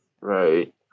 right